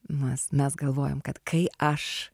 mes mes galvojom kad kai aš